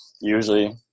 usually